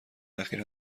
اخیر